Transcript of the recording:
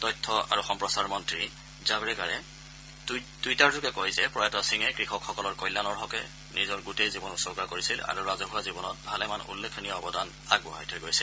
তথ্য আৰু সম্প্ৰচাৰ মন্ত্ৰী জাৱড়েকাৰে টুইটাৰযোগে কয় যে প্ৰয়াত সিঙে কৃষকসকলৰ কল্যাণৰ হকে নিজৰ গোটেই জীৱন উচৰ্গা কৰিছিল আৰু ৰাজহুৱা জীৱনত ভালেমান উল্লেখনীয় অৱদান আগবঢ়াই থৈ গৈছে